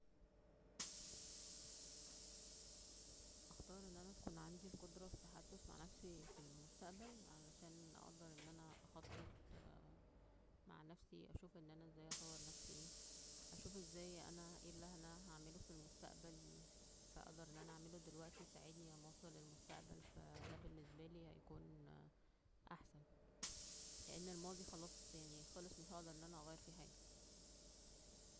هختار انا انا يكون عندى القدرة للتحدث مع نفسى فى المستقبل علشان اقدر ان انا اخطط -ط اه مع نفسة, اشوف ازاى ان انا اقدر اطور نفسى, اشوف ازاى انا ايه اللى انا هعمله فى المستقبل, فاقدر ان انا اعمله دلوقتى فا يساعدنى لما اوصل للمستقبل, فا دا بالنبالى هيكون احسن, لان الماضى خلاص خلص مش هقدر ان انا اغير فيه حاجة